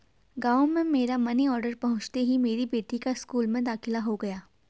गांव में मेरा मनी ऑर्डर पहुंचते ही मेरी बेटी का स्कूल में दाखिला हो गया